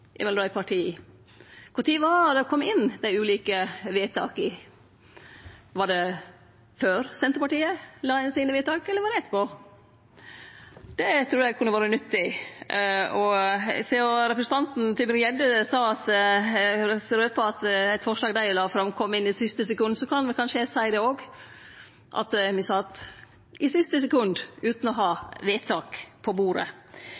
mellom dei partia. Kva tid var det dei kom inn, dei ulike forslaga til vedtak? Var det før Senterpartiet la inn sine forslag, eller var det etterpå? Det trur eg kunne vore nyttig. Sidan representanten Tybring-Gjedde røpa at eit forslag dei la fram, kom inn i siste sekund, kan vel kanskje eg seie det òg, at me sat i siste sekund utan å ha vedtaksforslag på bordet.